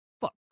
fuck